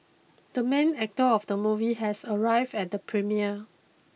the main actor of the movie has arrived at the premiere